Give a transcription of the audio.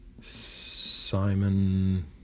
Simon